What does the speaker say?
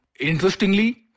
Interestingly